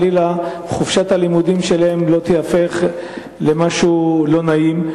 חלילה חופשת הלימודים שלהם לא תיהפך למשהו לא נעים.